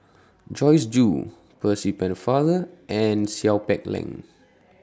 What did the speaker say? Joyce Jue Percy Pennefather and Seow Peck Leng